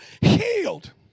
healed